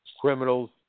Criminals